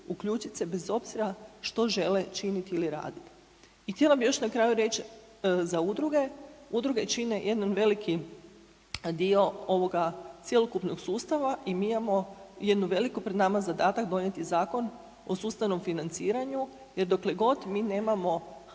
uključit se bez obzira što žele činit ili radit. I htjela bi još na kraju reć za udruge, udruge čine jedan veliki dio ovoga cjelokupnog sustava i mi imamo jedno veliko pred nama zadatak donijeti Zakon o sustavnom financiranju jer dokle god mi nemamo plaćanje